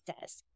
says